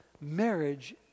marriage